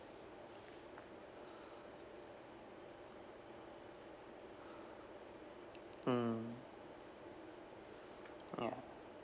mm ya